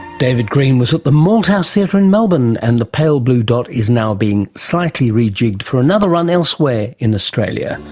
david green was that the malthouse theatre in melbourne, and the pale blue dot is now being slightly rejigged for another run elsewhere in australia.